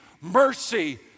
mercy